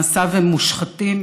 מעשיו הם מושחתים,